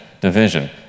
division